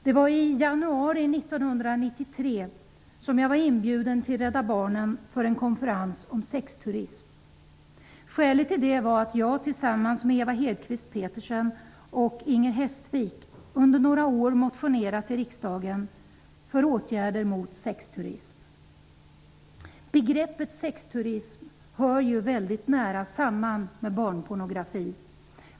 Det var i januari 1993 som jag var inbjuden till Skälet till det var att jag tillsammans med Eva Hedkvist Petersen och Inger Hestvik under några år motionerat i riksdagen för åtgärder mot sexturism. Begreppet sexturism hör ju nära samman med barnpornografi.